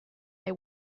they